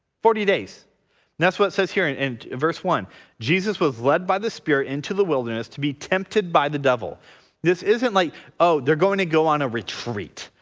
forty days that's what says here in and verse one jesus was led by the spirit into the wilderness to be tempted by the devil this isn't like oh they're going to go on a retreat,